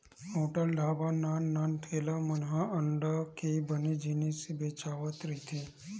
hotel, ढ़ाबा, नान नान ठेला मन म अंडा के बने जिनिस बेचावत रहिथे